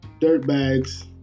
Dirtbags